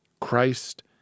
Christ